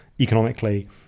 economically